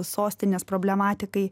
sostinės problematikai